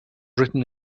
written